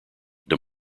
des